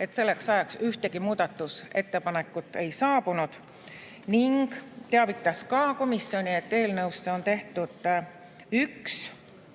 et selleks ajaks ühtegi muudatusettepanekut ei saabunud. Ta teavitas ka komisjoni, et eelnõus on tehtud üks